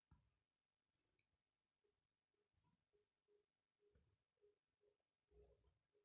का का बुता बर बैंक मोला करजा दे सकत हवे?